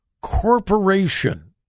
Corporation